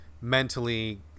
mentally